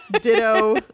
Ditto